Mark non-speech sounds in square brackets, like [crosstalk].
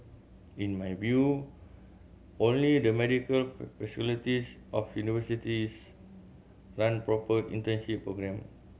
in my view only the medical [unintelligible] of universities run proper internship programme